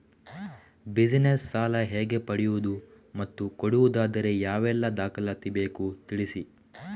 Business ಸಾಲ ಹೇಗೆ ಪಡೆಯುವುದು ಮತ್ತು ಕೊಡುವುದಾದರೆ ಯಾವೆಲ್ಲ ದಾಖಲಾತಿ ಬೇಕು ತಿಳಿಸಿ?